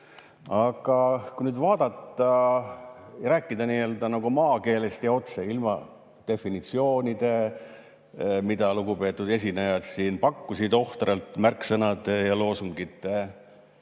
Aga kui nüüd vaadata ja rääkida nagu maakeeles ja otse, ilma definitsioonideta, mida lugupeetud esinejad siin pakkusid ohtralt, märksõnade ja loosungiteta,